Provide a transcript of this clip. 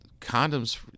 condoms